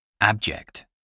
Abject